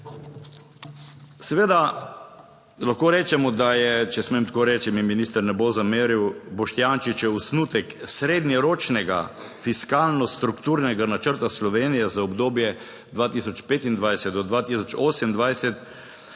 Seveda lahko rečemo, da je, če smem tako reči, mi minister ne bo zameril, Boštjančič, osnutek srednjeročnega fiskalno strukturnega načrta Slovenije za obdobje 2025-2028